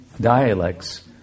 dialects